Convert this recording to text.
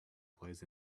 plays